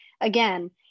again